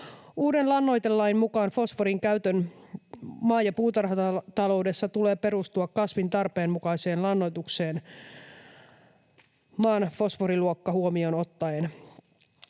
Uuden lannoitelain mukaan fosforin käytön maa- ja puutarhataloudessa tulee perustua kasvin tarpeenmukaiseen lannoitukseen maan fosforiluokka huomioon ottaen